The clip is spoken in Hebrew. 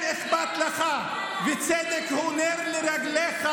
אם אכפת לך וצדק הוא נר לרגליך,